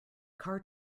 car